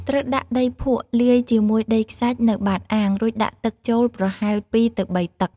ត្រូវដាក់ដីភក់លាយជាមួយដីខ្សាច់នៅបាតអាង រួចដាក់ទឹកចូលប្រហែល ២ ទៅ ៣ តឹក។